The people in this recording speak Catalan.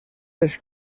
les